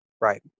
Right